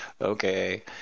Okay